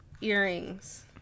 earrings